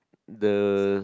the